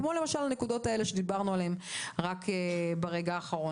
כמו למשל הנקודות האלה שדיברנו עליהן רק לפני רגע.